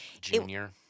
Junior